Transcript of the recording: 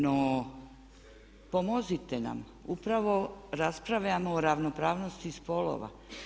No pomozite nam upravo raspravljamo o ravnopravnosti spolova.